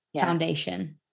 foundation